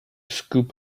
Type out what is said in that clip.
scoop